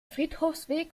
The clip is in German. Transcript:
friedhofsweg